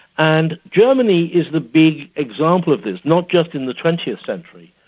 and germany is the big example of this not just in the twentieth century,